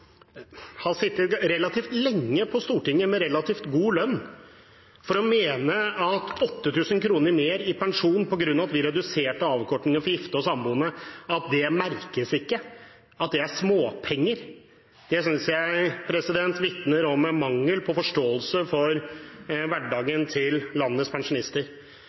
ha sittet relativt lenge på Stortinget med relativt god lønn for å mene at 8 000 kr mer i pensjon på grunn av at vi reduserte avkortingen for gifte og samboende, ikke merkes og er småpenger. Det synes jeg vitner om en manglende forståelse for hverdagen til landets pensjonister.